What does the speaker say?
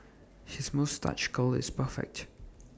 his moustache curl is perfect